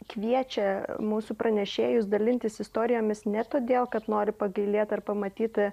kviečia mūsų pranešėjus dalintis istorijomis ne todėl kad nori pagilėti ar pamatyti